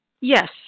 Yes